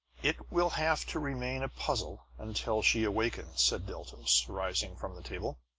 it will have to remain a puzzle until she awakens, said deltos, rising from the table.